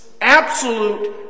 absolute